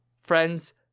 friends